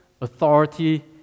authority